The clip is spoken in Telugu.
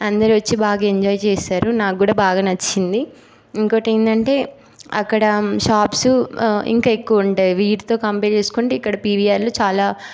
అందరూ వచ్చి బాగా ఎంజాయ్ చేస్తారు నాకు కూడా బాగా నచ్చింది ఇంకోటేందంటే అక్కడ షాప్స్ ఆ ఇంకా ఎక్కువుంటాయి వీటితో కంపేర్ చేసుకుంటే ఇక్కడ పీవీఆర్లో చాలా